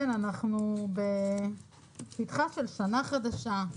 אנחנו בפתחה של שנה חדשה,